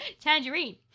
Tangerine